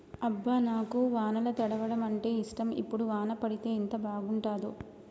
అబ్బ నాకు వానల తడవడం అంటేఇష్టం ఇప్పుడు వాన పడితే ఎంత బాగుంటాడో